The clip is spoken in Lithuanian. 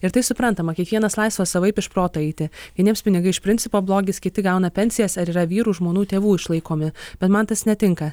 ir tai suprantama kiekvienas laisvas savaip iš proto eiti vieniems pinigai iš principo blogis kiti gauna pensijas ar yra vyrų žmonų tėvų išlaikomi bet man tas netinka